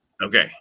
Okay